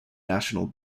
national